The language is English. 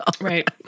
Right